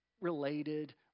related